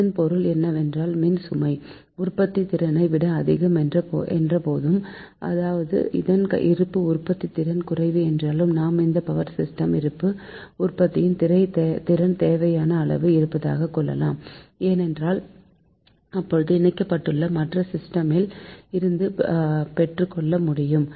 இதன் பொருள் என்னவென்றால் மின் சுமை உற்பத்திதிறனை விட அதிகம் என்ற போதும் அதாவது இதன் இருப்பு உற்பத்தி திறன் குறைவு என்றாலும் நாம் இந்த பவர் சிஸ்டமின் இருப்பு உற்பத்தி திறன் தேவையான அளவு இருப்பதாக கொள்ளலாம் ஏனெனில் அப்போது இணைக்கப்பட்டுள்ள மற்ற சிஸ்டமில் இருந்து பெற்றுக்கொள்ள முடியும்